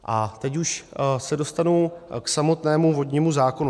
A teď už se dostanu k samotnému vodnímu zákonu.